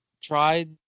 tried